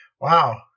Wow